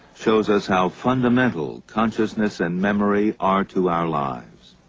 shows us how fundamental consciousness and memory are to our lives.